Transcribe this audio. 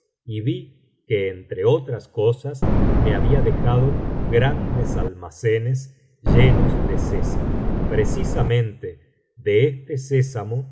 y vi que entre otras cosas me había dejado grandes almacenes llenos ele sésamo precisamente de este sésamo